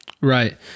right